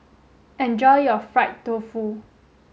enjoy your fried tofu